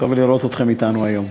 טוב לראות אתכם אתנו היום.